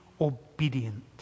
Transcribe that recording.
obedient